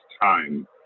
time